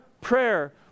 prayer